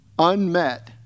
Unmet